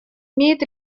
имеет